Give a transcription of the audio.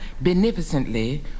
beneficently